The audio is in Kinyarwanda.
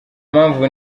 mpamvu